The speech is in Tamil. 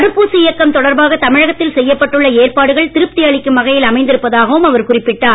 தடுப்பூசி இயக்கம் தொடர்பாகத் தமிழகத்தில் செய்யப்பட்டுள்ள ஏற்பாடுகள் திருப்தி அளிக்கும் வகையில் அமைந்திருப்பதாகவும் அவர் குறிப்பிட்டார்